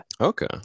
Okay